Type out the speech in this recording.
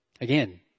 Again